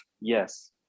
Yes